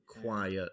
quiet